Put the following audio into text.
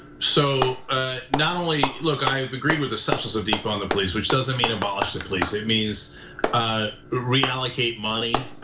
so not only, look, i have agreed with the substance of defund the police, which doesn't mean abolish the police. it means reallocate money,